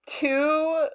two